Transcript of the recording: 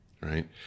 right